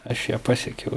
aš ją pasiekiau